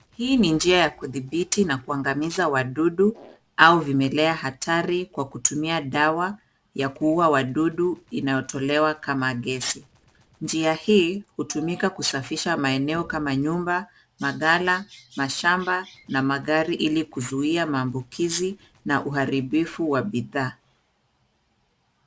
Hii ni njia ya kudhibiti na kuangamiza wadudu au vimelea hatari kwa kutumia dawa ya kuua wadudu inayotolewa kama gesi. Njia hii hutumika kusafisha maeneo kama nyumba, maghala, mashamba na magari ili kuzuia maambukizi na uharibifu wa bidhaa.